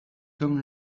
comme